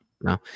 No